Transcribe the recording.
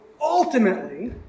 ultimately